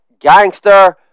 Gangster